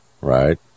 Right